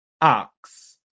ox